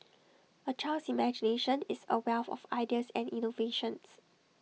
A child's imagination is A wealth of ideas and innovations